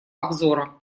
обзора